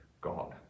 God